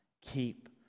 keep